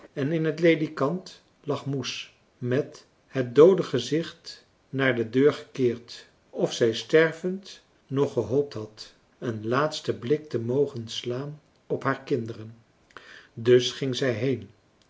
en in het ledikant lag moes met het doode gezicht naar de deur gekeerd of zij stervendnog gehoopt had een laatsten blik te mogen slaan op haar kinderen dus ging zij heen